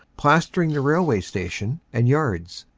plastering the railway station and yards.